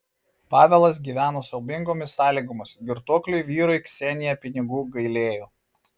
pavelas gyveno siaubingomis sąlygomis girtuokliui vyrui ksenija pinigų gailėjo